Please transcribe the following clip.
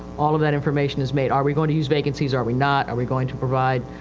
all of that information is made. are we going to use vacancies? are we not? are we going to provide,